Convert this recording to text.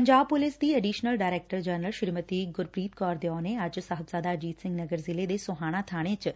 Punjab police ਦੀ additional general director Shrimati Gurpreet Kaur Deo ਨੇ ਅੱਜ ਸਾਹਿਬਜ਼ਾਦਾ ਅਜੀਤ ਸਿੰਘ ਨਗਰ ਜ਼ਿਲੇ ਦੇ ਸੋਹਾਣਾ ਵਿਚ